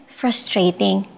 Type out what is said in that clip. frustrating